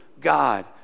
God